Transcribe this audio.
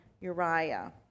Uriah